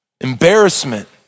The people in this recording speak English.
embarrassment